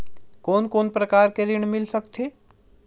कोन कोन प्रकार के ऋण मिल सकथे?